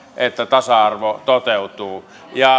tasa arvo toteutuu